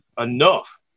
enough